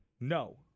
No